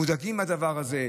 מודאגים מהדבר הזה.